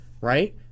right